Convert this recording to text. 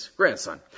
grandson